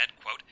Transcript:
quote